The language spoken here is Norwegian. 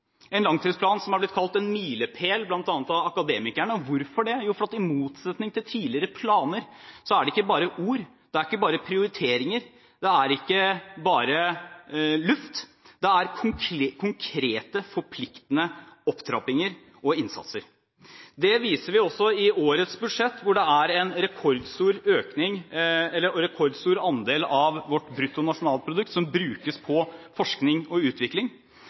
en langtidsplan for forskning, en langtidsplan som er blitt kalt «en milepæl», bl.a. av Akademikerne – og hvorfor det? Jo, for i motsetning til tidligere planer er det ikke bare ord, det er ikke bare prioriteringer, det er ikke bare luft; det er konkrete, forpliktende opptrappinger og innsatser. Det viser vi også i årets budsjett, hvor en rekordstor andel av bruttonasjonalproduktet brukes på forskning og utvikling.